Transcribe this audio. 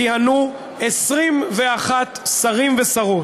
כיהנו 21 שרים ושרות.